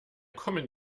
kommen